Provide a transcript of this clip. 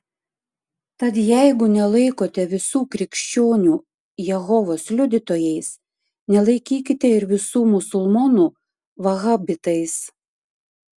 tad jeigu nelaikote visų krikščionių jehovos liudytojais nelaikykite ir visų musulmonų vahabitais